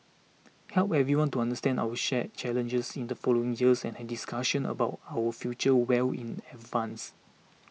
help everyone to understand our shared challenges in the following years and discussions about our future well in advance